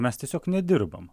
mes tiesiog nedirbam